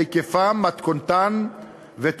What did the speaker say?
היקפן ומתכונתן של החדשות המקומיות,